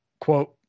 quote